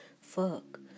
Fuck